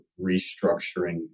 restructuring